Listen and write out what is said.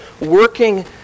working